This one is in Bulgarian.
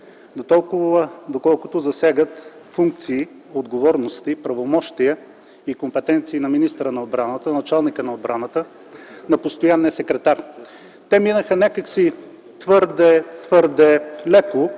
текстове, доколкото засягат функции, отговорности, правомощия и компетенции на министъра на отбраната, началника на отбраната, постоянния секретар. Те минаха някак си твърде леко